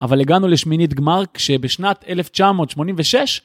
אבל הגענו לשמינית גמר, כשבשנת 1986...